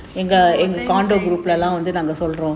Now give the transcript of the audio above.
oh thanks thanks thanks